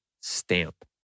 Stamp